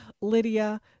Lydia